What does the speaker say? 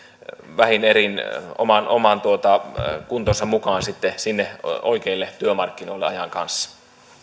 vähin erin oman kuntonsa mukaan sitten sinne oikeille työmarkkinoille ajan kanssa